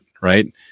right